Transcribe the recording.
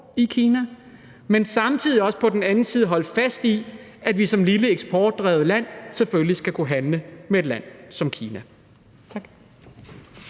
i Kina, og samtidig også på den anden side holder fast i, at vi som et lille eksportdrevet land selvfølgelig skal kunne handle med et land som Kina. Tak.